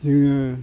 जोङो